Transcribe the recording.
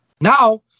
Now